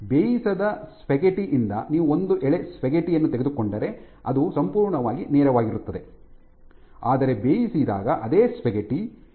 ಬೇಯಿಸದ spaghetti ಯಿಂದ ನೀವು ಒಂದು ಎಳೆ ಸ್ಪಾಗೆಟ್ಟಿ ಯನ್ನು ತೆಗೆದುಕೊಂಡರೆ ಅದು ಸಂಪೂರ್ಣವಾಗಿ ನೇರವಾಗಿರುತ್ತದೆ ಆದರೆ ಬೇಯಿಸಿದಾಗ ಅದೇ ಸ್ಪಾಗೆಟ್ಟಿ ಈ ರೀತಿಯ ರೂಪವಿಜ್ಞಾನವನ್ನು ಹೊಂದಿರುತ್ತದೆ